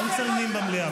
לא מצלמים במליאה